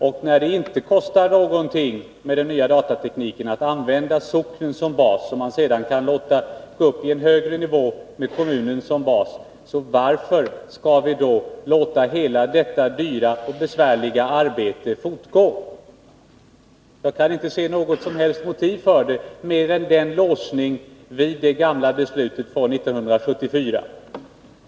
Och när det med den nya datatekniken inte kostar någonting att använda socknen som bas — där man sedan kan gå upp i en högre nivå med kommunen som bas — så varför låta hela detta dyra och besvärliga arbete fortgå? Jag kan inte se något som helst motiv för det mer än en låsning vid det gamla beslutet från 1974.